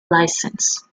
license